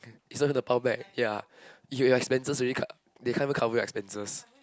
is not gonna pile back ya you your expenses already cut they can't even cover your expenses